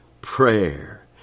prayer